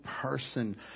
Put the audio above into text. person